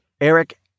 Eric